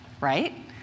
right